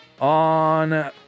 on